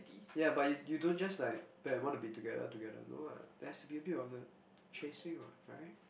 ya but you don't just like Ben wanna be together together no lah there has to be a bit of the chasing what right